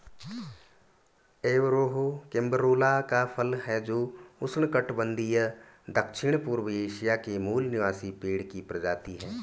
Averrhoa carambola का फल है जो उष्णकटिबंधीय दक्षिणपूर्व एशिया के मूल निवासी पेड़ की प्रजाति है